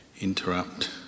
interrupt